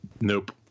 Nope